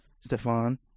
stefan